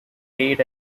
played